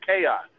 chaos